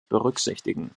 berücksichtigen